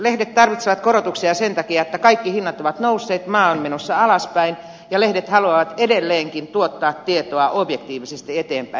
lehdet tarvitsevat korotuksia sen takia että kaikki hinnat ovat nousseet maa on menossa alaspäin ja lehdet haluavat edelleenkin tuottaa tietoa objektiivisesti eteenpäin